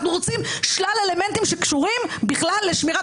אנחנו רוצים שלל אלמנטים שקשורים בכלל לשמירת